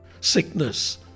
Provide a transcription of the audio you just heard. sickness